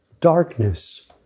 Darkness